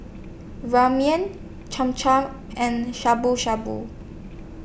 Ramen Cham Cham and Shabu Shabu